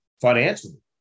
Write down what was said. financially